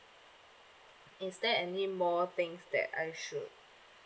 is there any more things that I should